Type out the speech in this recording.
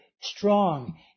strong